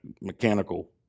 mechanical